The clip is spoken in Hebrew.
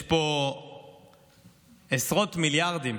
יש פה עשרות מיליארדים